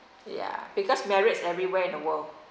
ya because marriott everywhere in the world